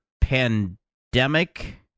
pandemic